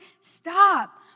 Stop